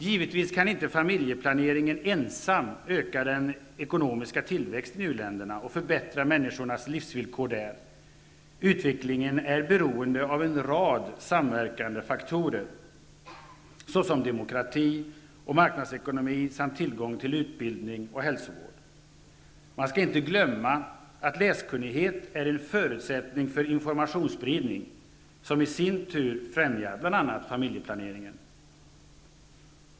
Givetvis kan inte familjeplaneringen ensam öka den ekonomiska tillväxten i u-länderna och förbättra människornas livsvillkor där. Utvecklingen är beroende av en rad samverkande faktorer, såsom demokrati och marknadsekonomi samt tillgång till utbildning och hälsovård. Man skall inte glömma att läskunnighet är en förutsättning för informationsspridning, som i sin tur främjar bl.a. familjeplaneringen.